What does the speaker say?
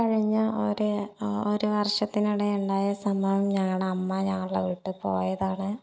കഴിഞ്ഞ ഒരെ ഒരു വർഷത്തിനിടെ ഉണ്ടായ സംഭവം അമ്മ ഞങ്ങളെ വിട്ട് പോയതാണ്